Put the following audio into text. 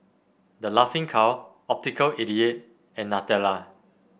The Laughing Cow Optical eighty eight and Nutella